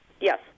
Yes